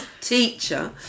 teacher